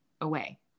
away